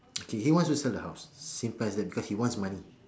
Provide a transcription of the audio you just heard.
okay he wants to sell the house simple as that because he wants money